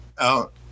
out